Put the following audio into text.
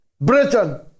Britain